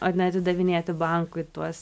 o ne atidavinėti bankui tuos